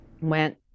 went